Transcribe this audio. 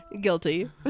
Guilty